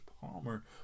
Palmer